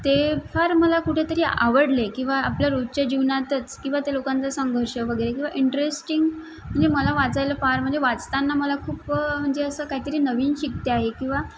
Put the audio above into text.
ते फार मला कुठेतरी आवडले किंवा आपल्या रोजच्या जीवनातच किंवा त्या लोकांचा संघर्ष वगैरे किंवा इंटरेस्टिंग म्हणजे मला वाचायला फार म्हणजे वाचताना मला खूप म्हणजे असं काहीतरी नवीन शिकते आहे किंवा